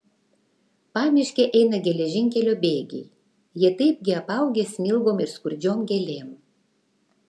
pamiške eina geležinkelio bėgiai jie taipgi apaugę smilgom ir skurdžiom gėlėm